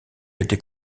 était